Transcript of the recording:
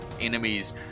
enemies